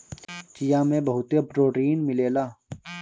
चिया में बहुते प्रोटीन मिलेला